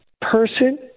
person